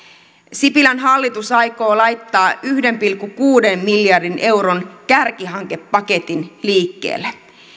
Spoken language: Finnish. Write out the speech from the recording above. sipilän hallitus aikoo laittaa yhden pilkku kuuden miljardin euron kärkihankepaketin liikkeelle